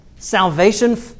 salvation